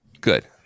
good